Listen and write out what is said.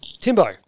Timbo